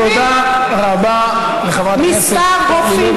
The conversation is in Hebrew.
תודה רבה לחברת הכנסת אורלי לוי